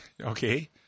Okay